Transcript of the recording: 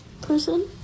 person